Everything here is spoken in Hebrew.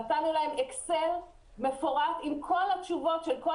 נתנו להם אקסל מפורט עם כל התשובות של כל